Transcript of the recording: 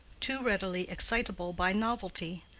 too readily excitable by novelty,